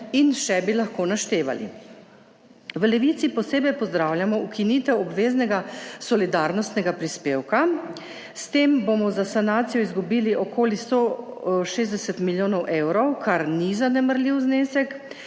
in še bi lahko naštevali. V Levici posebej pozdravljamo ukinitev obveznega solidarnostnega prispevka. S tem bomo za sanacijo izgubili okoli 160 milijonov evrov, kar ni zanemarljiv znesek,